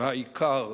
והעיקר,